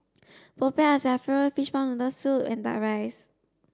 Popiah Sayur Fishball noodle soup and duck rice